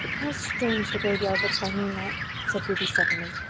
how strange the graveyard looks by moonlight! said ruby suddenly.